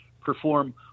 perform